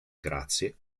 grazie